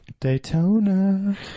Daytona